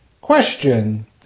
Question